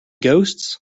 ghosts